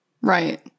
Right